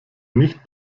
nicht